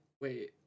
wait